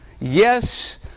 Yes